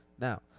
Now